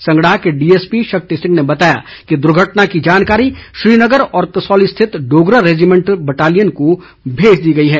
संगड़ाह के डीएसपी शक्ति सिंह ने बताया कि दुर्घटना की जानकारी श्रीनगर व कसौली स्थित डोगरा रेजिमेंट बटालियन को भेज दी गई है